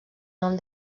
nom